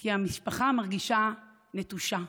כי המשפחה מרגישה נטושה.